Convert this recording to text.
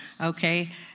Okay